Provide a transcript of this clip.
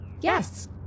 Yes